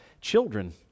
children